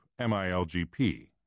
MILGP